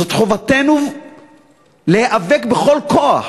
זאת חובתנו להיאבק בכל כוח